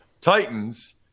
Titans